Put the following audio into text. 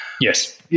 Yes